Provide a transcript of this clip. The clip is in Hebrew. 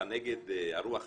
אתה נגד ה"רוח היהודית"?